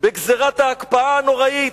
בגזירת ההקפאה הנוראית.